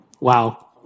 wow